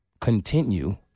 continue